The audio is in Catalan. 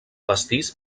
pastís